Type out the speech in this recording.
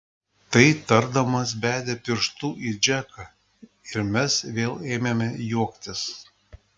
tai tardamas bedė pirštu į džeką ir mes vėl ėmėme juoktis